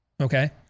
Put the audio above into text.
okay